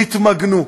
תתמגנו.